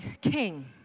king